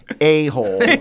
a-hole